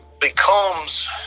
becomes